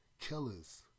Killers